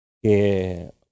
que